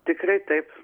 tikrai taip